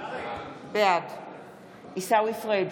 בעד עיסאווי פריג'